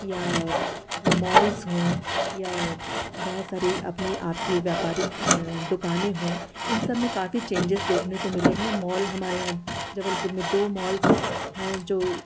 या मॉल्स हों या बहुत सारी अपनी आपकी व्यापारिक दुकानें हों इन सबमें काफ़ी चेंजिस देखने को मिले हैं मॉल हमारे यहाँ जबलपुर में दो मॉल्स हैं जो